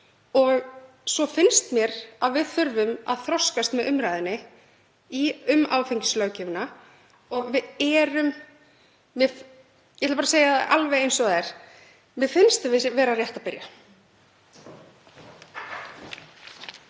Og svo finnst mér að við þurfum að þroskast með umræðunni um áfengislöggjöfina og ég ætla bara að segja alveg eins og er: Mér finnst við vera rétt að byrja.